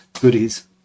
goodies